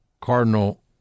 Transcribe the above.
Cardinal